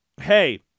hey